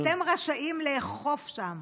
אתם רשאים לאכוף שם